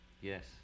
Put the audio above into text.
yes